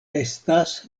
estas